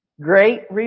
Great